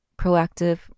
proactive